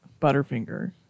Butterfinger